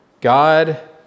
God